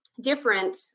different